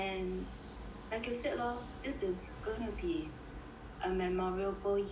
like you said lor this is gonna be a memorable year that